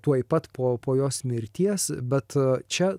tuoj pat po po jos mirties bet čia